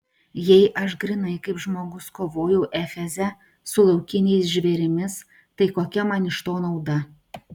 jei aš grynai kaip žmogus kovojau efeze su laukiniais žvėrimis tai kokia man iš to nauda